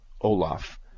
Olaf